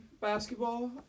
basketball